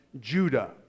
Judah